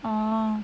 orh